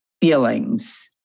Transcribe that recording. feelings